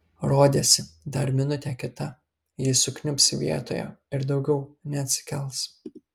rodėsi dar minutė kita ji sukniubs vietoje ir daugiau neatsikels